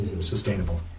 sustainable